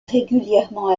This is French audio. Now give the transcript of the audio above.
régulièrement